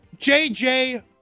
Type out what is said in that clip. JJ